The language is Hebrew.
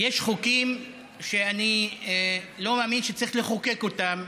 יש חוקים שאני לא מאמין שצריך לחוקק אותם,